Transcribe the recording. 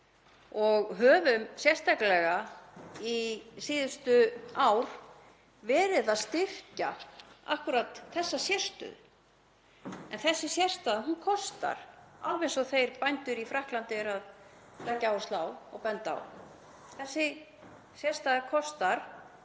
Við höfum sérstaklega síðustu ár verið að styrkja akkúrat þessa sérstöðu. En þessi sérstaða kostar, alveg eins og bændur í Frakklandi eru að leggja áherslu á og benda á. Þessi sérstaða kostar